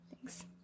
Thanks